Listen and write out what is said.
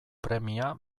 premia